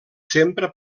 sempre